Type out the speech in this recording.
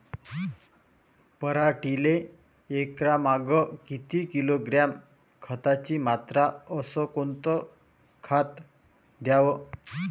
पराटीले एकरामागं किती किलोग्रॅम खताची मात्रा अस कोतं खात द्याव?